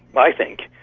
i think,